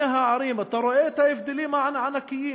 הערים ואתה רואה את ההבדלים הענקיים